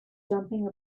jumping